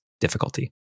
difficulty